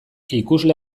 ikusle